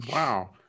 Wow